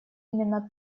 именно